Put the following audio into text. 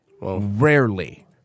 Rarely